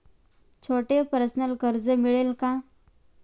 छोटे पर्सनल कर्ज मिळेल का?